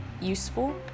useful